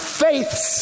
faiths